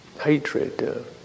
hatred